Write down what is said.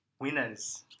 winners